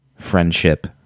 friendship